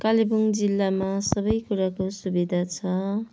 कालेबुङ जिल्लामा सबै कुराको सुविधा छ